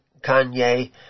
Kanye